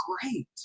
great